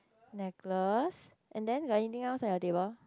necklace and then got anything else at your table